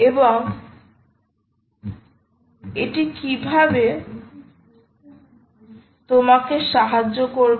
এবং এটি কিভাবে তোমাকে সাহায্য করবে